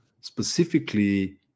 specifically